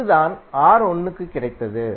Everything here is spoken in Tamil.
இதுதான் ராவுக்கு கிடைத்தது